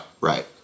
right